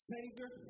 Savior